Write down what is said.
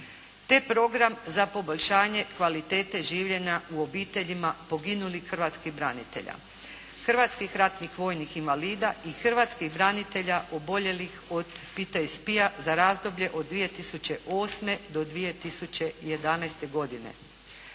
Te program za poboljšanje kvalitete življenja u obiteljima poginulih hrvatskih branitelja, hrvatskih ratnih vojnih invalida i hrvatskih branitelja oboljelih od PTSP-a za razdoblje od 2008. do 2011. godine.